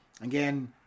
Again